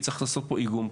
צריך לעשות פה איגום,